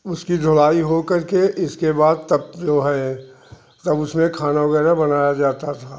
उसकी धुलाई होकर के इसके बाद तब जो है तब उसमें खाना वगैरह बनाया जाता था